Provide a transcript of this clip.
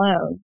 alone